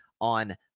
on